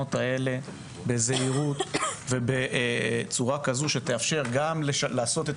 בתקנות האלה בזהירות ובצורה שגם תאפשר לעשות את